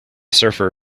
surfer